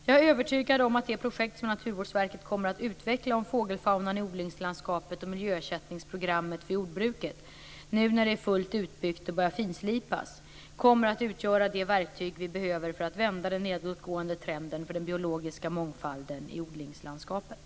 Jag är övertygad om att det projekt som Naturvårdsverket kommer att utveckla för fågelfaunan i odlingslandskapet och miljöersättningsprogrammet för jordbruket, nu när det är fullt utbyggt och börjar finslipas, kommer att utgöra det verktyg vi behöver för att vända den nedåtgående trenden för den biologiska mångfalden i odlingslandskapet.